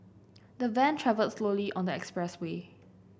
the van travelled slowly on the expressway